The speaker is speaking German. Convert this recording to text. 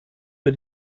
für